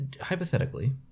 Hypothetically